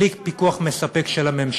בלי פיקוח מספק של הממשלה.